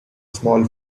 small